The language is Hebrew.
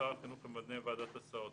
החינוך ימנה את ועדת ההסעות.